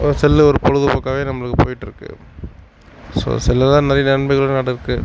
cell ஒரு பொழுதுபோக்காவே நம்மளுக்கு போயிட்டிருக்கு ஸோ செல்லில் இந்த மாதிரி நன்மைகள் நடக்குது